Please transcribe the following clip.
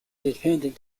dependent